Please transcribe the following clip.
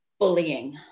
Bullying